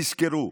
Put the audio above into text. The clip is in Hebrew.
תזכרו,